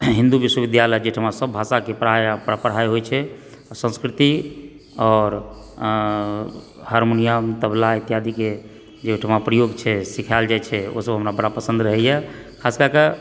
हिंदू विश्वविद्यालय जाहिठमा सब भाषाके पढ़ाइ होय छै संस्कृति आओर हरमोनियम तबला इत्यादिके जे ओहिठमा प्रयोग छै सीखैल जाय छै ओसब हमरा पसंद रहैया ख़ास कए कऽ